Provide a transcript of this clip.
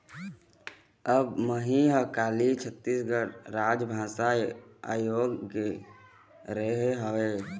अब मही ह काली छत्तीसगढ़ राजभाषा आयोग गे रेहे हँव